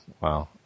wow